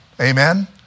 Amen